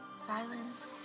Silence